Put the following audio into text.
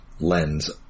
lens